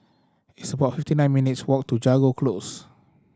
it's about fifty nine minutes' walk to Jago Close